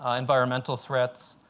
ah environmental threats,